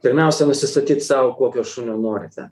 pirmiausia nusistatyt sau kokio šunio norite